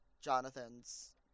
Jonathan's